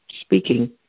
speaking